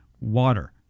water